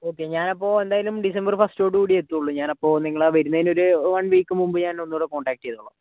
okay ഞാനപ്പോൾ എന്തായാലും December ഫസ്റ്റോടു കൂടിഎത്തുവൊള്ളൂ ഞാനപ്പോൾ നിങ്ങളാണ് വരുന്നതിൻ്റെ ഒരു വൺ വീക്ക് മുമ്പ് ഞാൻ ഒന്നൂടി കോൺടാക്റ്റ് ചെയ്തോളാം